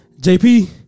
JP